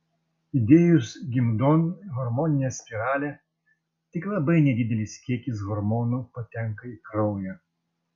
įdėjus gimdon hormoninę spiralę tik labai nedidelis kiekis hormonų patenka į kraują